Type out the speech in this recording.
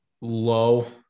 low